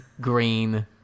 green